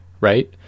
Right